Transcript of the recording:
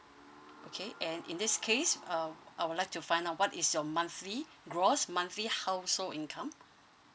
okay and in this case uh I would like to find out what is your monthly gross monthly household income